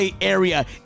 area